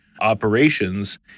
operations